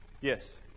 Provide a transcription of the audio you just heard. Yes